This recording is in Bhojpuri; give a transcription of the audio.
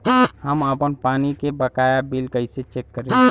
हम आपन पानी के बकाया बिल कईसे चेक करी?